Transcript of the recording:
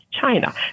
China